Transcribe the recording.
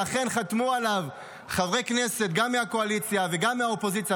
ואכן חתמו עליו חברי כנסת גם מהקואליציה וגם מהאופוזיציה,